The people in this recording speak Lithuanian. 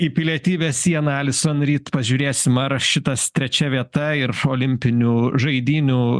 į pilietybės sieną alison ryt pažiūrėsim ar šitas trečia vieta ir olimpinių žaidynių